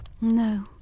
No